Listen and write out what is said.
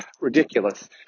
ridiculous